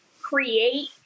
create